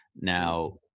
Now